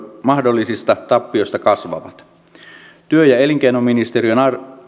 mahdollisista tappioista kasvavat työ ja elinkeinoministeriö